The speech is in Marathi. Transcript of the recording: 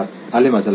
आले माझ्या लक्षात